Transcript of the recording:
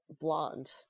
blonde